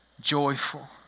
joyful